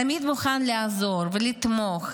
תמיד מוכן לעזור ולתמוך.